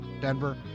Denver